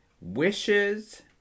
wishes